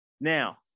Now